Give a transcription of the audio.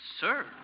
sir